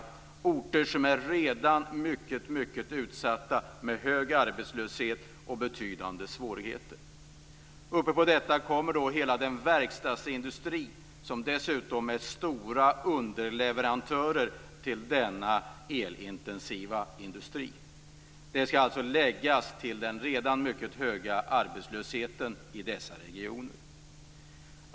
Här berörs orter som redan är mycket utsatta, med hög arbetslöshet och betydande svårigheter. Till detta kommer hela den verkstadsindustri som dessutom innefattar stora underleverantörer till denna elintensiva industri. Detta skall läggas till den redan mycket höga arbetslösheten i dessa regioner.